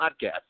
podcast